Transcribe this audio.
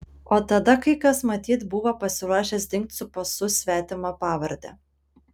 o tada kai kas matyt buvo pasiruošęs dingt su pasu svetima pavarde